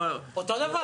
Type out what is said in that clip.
אותו דבר,